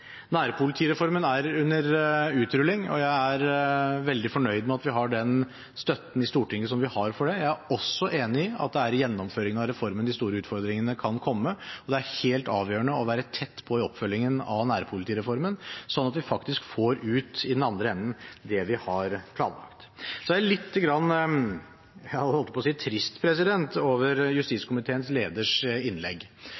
Nærpolitireformen er under utrulling, og jeg er veldig fornøyd med at vi har den støtten i Stortinget som vi har for det. Jeg er også enig i at det er i gjennomføringen av reformen de store utfordringene kan komme, og det er helt avgjørende å være tett på oppfølgingen av nærpolitireformen, slik at vi faktisk får ut i den andre enden det vi har planlagt. Så er jeg lite grann – jeg holdt på å si – trist over